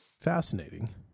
fascinating